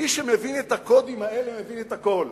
מי שמבין את הקודים האלה מבין הכול.